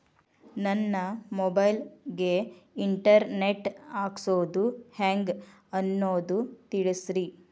ನನ್ನ ಮೊಬೈಲ್ ಗೆ internet ಹಾಕ್ಸೋದು ಹೆಂಗ್ ಅನ್ನೋದು ತಿಳಸ್ರಿ